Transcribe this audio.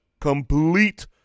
complete